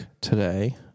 today